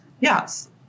Yes